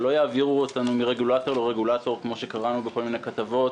שלא יעבירו אותנו מרגולטור לרגולטור כפי שקראנו בכל מיני כתבות.